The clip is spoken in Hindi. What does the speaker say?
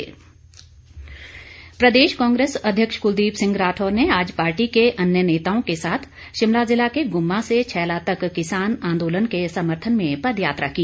राठौर प्रदेश कांग्रेस अध्यक्ष कुलदीप सिंह राठौर ने आज पार्टी के अन्य नेताओं के साथ शिमला जिला के गुम्मा से छैला तक किसान आन्दोलन के समर्थन में पदयात्रा की